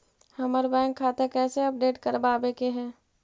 हमर बैंक खाता कैसे अपडेट करबाबे के है?